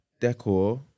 decor